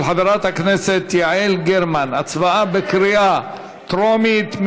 של חברת הכנסת יעל גרמן, הצבעה בקריאה טרומית.